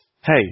Hey